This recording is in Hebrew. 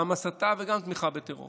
גם הסתה וגם תמיכה בטרור